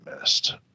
missed